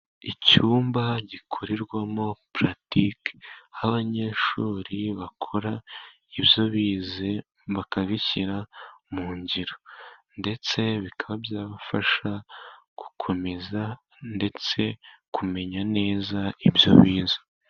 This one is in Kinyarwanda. Icyumba gikorerwamo pulatike, aho abanyeshuri bakora ibyo bize bakabishyira mu ngiro ndetse bikaba, byabafasha gukomeza ndetse kumenya neza ibyo bize.